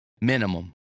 minimum